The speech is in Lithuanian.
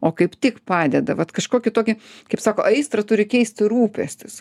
o kaip tik padeda vat kažkokį tokį kaip sako aistrą turi keisti rūpestis